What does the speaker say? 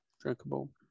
drinkable